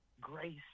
grace